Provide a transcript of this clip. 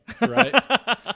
Right